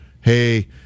Hey